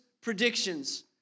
predictions